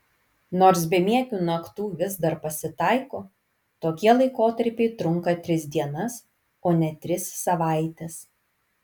nors bemiegių naktų vis dar pasitaiko tokie laikotarpiai trunka tris dienas o ne tris savaites